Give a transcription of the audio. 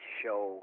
show